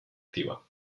activa